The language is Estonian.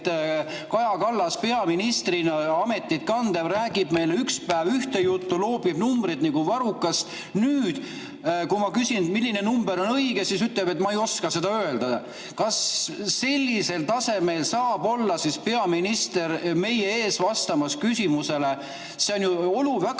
Kaja Kallas, peaministri ametit kandev, räägib meile üks päev ühte juttu, loobib numbreid nagu varrukast, ja nüüd, kui ma küsin, milline number on õige, siis ta ütleb, et ta ei oska seda öelda. Kas sellisel tasemel saab olla peaminister meie ees vastamas küsimusele? See on ju väga